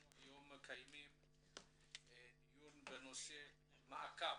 אנחנו מקיימים היום דיון מעקב,